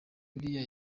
biriya